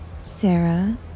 Sarah